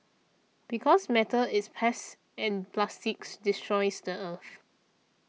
because metal is passe and plastics destroys the earth